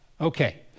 Okay